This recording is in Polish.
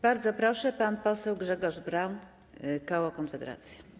Bardzo proszę, pan poseł Grzegorz Braun, koło Konfederacja.